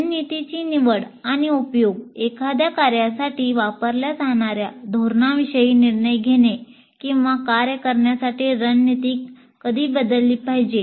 रणनीतीची निवड आणि उपयोग एखाद्या कार्यासाठी वापरल्या जाणार्या धोरणांविषयी निर्णय घेणे किंवा कार्य करण्यासाठी रणनीती कधी बदलली पाहिजे